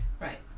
Right